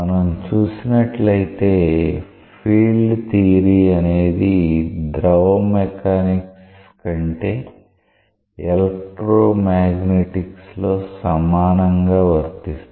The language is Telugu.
మనం చూసినట్లయితే ఫీల్డ్ థియరీ అనేది ద్రవ మెకానిక్స్ కంటే ఎలక్ట్రో మాగ్నెటిక్స్ లో సమానంగా వర్తిస్తుంది